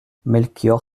melchior